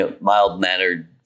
mild-mannered